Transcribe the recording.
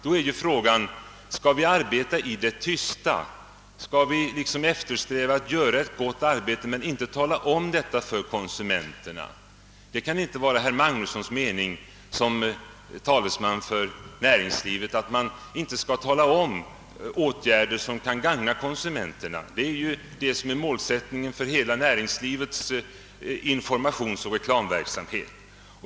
Då är frågan: Skall vi arbeta i det tysta? Skall vi eftersträva att göra ett gott arbete men inte tala om det för konsumenterna? Det kan ju inte vara herr Magnussons mening, som talesman för näringslivet, att man inte skall tala om åtgärder som vidtas för att gagna konsumenterna — detta är ju målsättningen för hela näringslivets informationsoch reklamverksamhet.